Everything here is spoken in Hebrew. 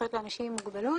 הזכויות לאנשים עם מוגבלות,